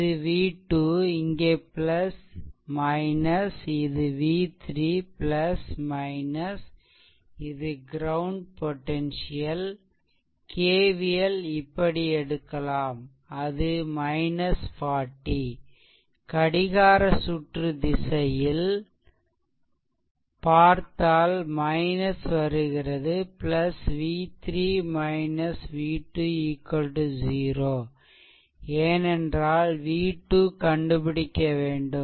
இது v2 இங்கே இது v3 இது க்ரௌண்ட் பொடென்சியல் KVL இப்படி எடுக்கலாம்அது 40 கடிகார சுற்று திசையில் பார்த்தால் வருகிறது v3 v2 0 ஏனென்றால் V2 கண்டுபிடிக்க வேண்டும்